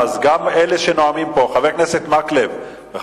חבר הכנסת יצחק וקנין ביקש לדון באירוע שפורסם ולפיו צעיר